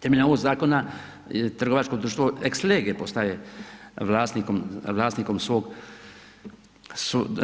Temeljem ovog zakona trgovačko društvo ex lege postaje vlasnikom, vlasnikom